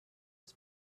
was